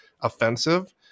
offensive